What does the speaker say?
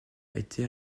été